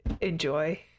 enjoy